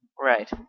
Right